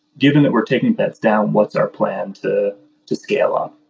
given that we're taking beds down, what's our plan to to scale up?